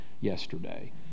yesterday